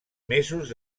mesos